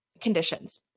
conditions